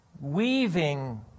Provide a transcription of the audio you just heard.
weaving